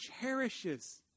cherishes